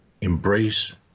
Embrace